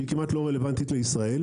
שהיא כמעט לא רלוונטית לישראל,